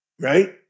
right